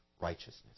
righteousness